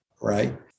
Right